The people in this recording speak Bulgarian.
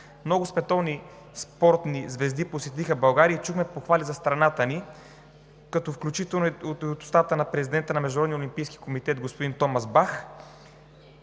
Много световни спортни звезди посетиха България и чухме похвали за страната ни, включително и от устата на президента на Международния олимпийски комитет господин Томас Бах,